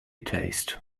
taste